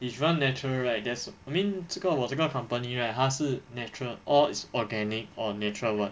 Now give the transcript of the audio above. if you want natural right there's a I mean 这个我这个 company right 他是 natural all is organic or natural [one]